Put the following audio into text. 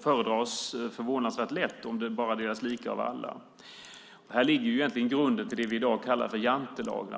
fördras förvånansvärt lätt, om det bara delas lika av alla. Här ligger egentligen grunden till det vi i dag kallar jantelagen.